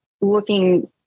looking